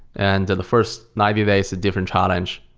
and the first ninety day is a different challenge.